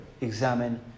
examine